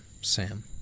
Sam